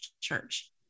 church